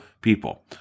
people